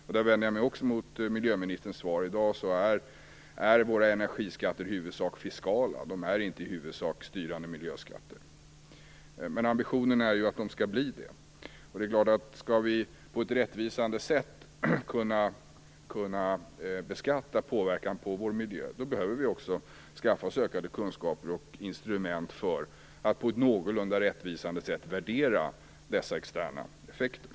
Jag vänder mig även där emot miljöministerns svar. Våra energiskatter är i dag i huvudsak fiskala och inte i huvudsak styrande miljöskatter. Men ambitionen är att de skall bli det. Om vi på ett rättvisande sätt skall kunna beskatta påverkan på vår miljö behöver vi skaffa oss ökade kunskaper och instrument för att på ett någorlunda rättvisande sätt värdera de externa effekterna.